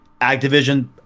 Activision